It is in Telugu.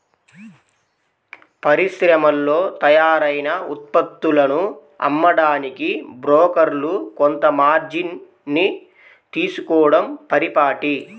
పరిశ్రమల్లో తయారైన ఉత్పత్తులను అమ్మడానికి బ్రోకర్లు కొంత మార్జిన్ ని తీసుకోడం పరిపాటి